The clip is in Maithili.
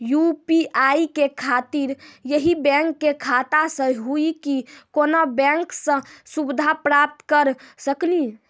यु.पी.आई के खातिर यही बैंक के खाता से हुई की कोनो बैंक से सुविधा प्राप्त करऽ सकनी?